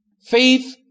Faith